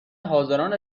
حاضران